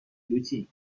لوتی